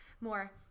more